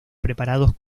preparados